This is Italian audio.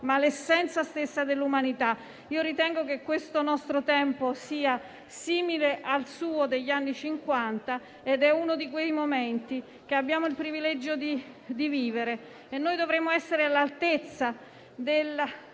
ma l'essenza stessa dell'umanità. Ritengo che questo nostro tempo sia simile al suo degli anni Cinquanta ed è uno di quei momenti che abbiamo il privilegio di vivere. Noi dovremmo essere all'altezza della